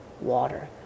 water